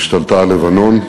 היא השתלטה על לבנון,